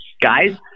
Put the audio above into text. guys